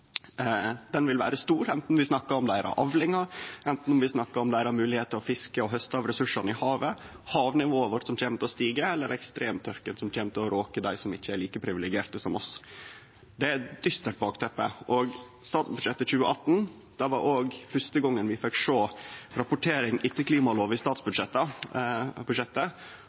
vi snakkar om avlingane deira, om moglegheitene deira til å fiske og hauste av ressursane i havet, om havnivået som kjem til å stige, eller om ekstremtørka som kjem til å råke dei som ikkje er like privilegerte som oss. Det er eit dystert bakteppe. Statsbudsjettet 2018 var òg fyrste gongen vi fekk sjå rapportering etter klimalova i statsbudsjettet.